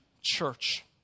church